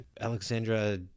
Alexandra